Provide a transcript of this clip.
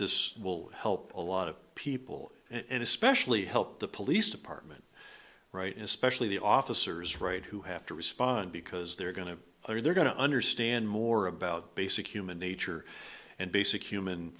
this will help a lot of people and especially help the police department right especially the officers right who have to respond because they're going to or they're going to understand more about basic human nature and basic human